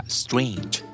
strange